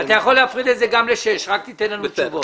אתה יכול להפריד את זה גם לשישה חלקים אבל תן לנו תשובות.